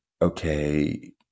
okay